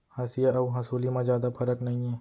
हँसिया अउ हँसुली म जादा फरक नइये